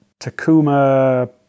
Takuma